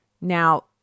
Now